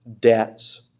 debts